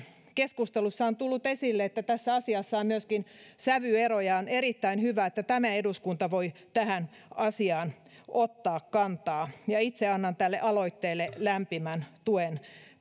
keskustelussa on tullut esille että tässä asiassa on myöskin sävyeroja on erittäin hyvä että tämä eduskunta voi tähän asiaan ottaa kantaa itse annan tälle aloitteelle lämpimän tuen